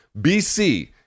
BC